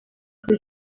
kuri